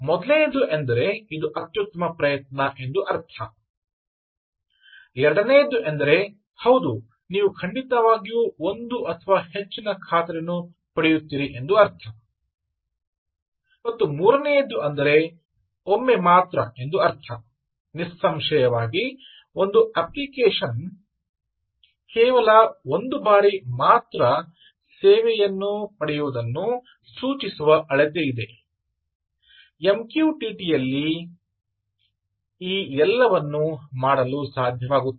ಮೊದಲನೆಯದು ಎಂದರೆ "ಇದು ಅತ್ಯುತ್ತಮ ಪ್ರಯತ್ನ" ಎಂದು ಅರ್ಥ ಮತ್ತು ಎರಡನೆಯದು ಎಂದರೆ "ಹೌದು ನೀವು ಖಂಡಿತವಾಗಿಯೂ ಒಂದು ಅಥವಾ ಹೆಚ್ಚಿನ ಖಾತರಿಯನ್ನು ಪಡೆಯುತ್ತೀರಿ" ಮತ್ತು ಮೂರನೆಯದ್ದು ಅಂದರೆ "ಒಮ್ಮೆ" ಎಂದು ಅರ್ಥ ನಿಸ್ಸಂಶಯವಾಗಿ ಒಂದು ಅಪ್ಲಿಕೇಶನ್ ಕೇವಲ ಒಂದು ಬಾರಿ ಮಾತ್ರ ಸೇವೆಯನ್ನು ಪಡೆಯುವುದನ್ನು ಸೂಚಿಸುವ ಅಳತೆಯಿದೆ MQTT ಯಲ್ಲಿ ಈ ಎಲ್ಲವನ್ನು ಮಾಡಲು ಸಾಧ್ಯವಾಗುತ್ತದೆ